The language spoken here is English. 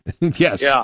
Yes